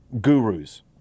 gurus